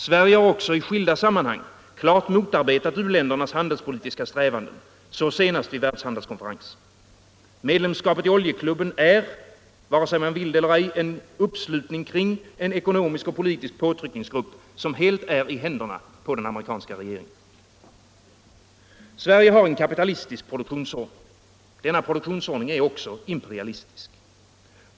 Sverige har även i skilda sammanhang klart motarbetat u-ländernas handelspolitiska strävanden, så senast vid världshandelskonferensen. Medlemskapet i oljeklubben är — vare sig man vill det eller ej — en uppslutning kring en ekonomisk och politisk påtryckningsgrupp som helt är i händerna på den amerikanska regeringen. Sverige har en kapitalistisk produktionsordning. Denna produktionsordning är också imperialistisk.